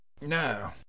No